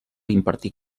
impartir